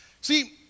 See